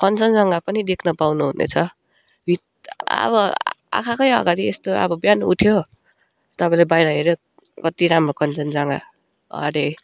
कञ्चनजङ्गा पनि देख्न पाउनु हुने छ वित अब आँखाकै अगाडि यस्तो अब बिहान उठ्यो तपाईँले बाहिर हेर्यो कति राम्रो कञ्चनजङ्गा अरे